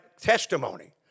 testimony